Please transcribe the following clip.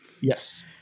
Yes